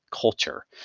culture